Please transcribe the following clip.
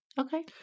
Okay